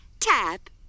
Tap